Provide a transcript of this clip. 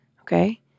okay